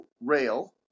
rail